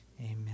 Amen